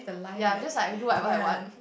ya just like we do whatever I want